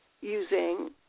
using